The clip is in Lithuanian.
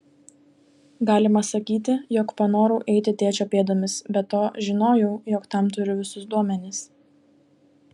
galima sakyti jog panorau eiti tėčio pėdomis be to žinojau jog tam turiu visus duomenis